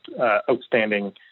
outstanding